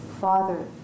father